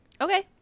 Okay